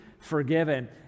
forgiven